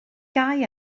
gau